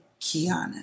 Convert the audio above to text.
Kiana